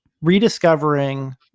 rediscovering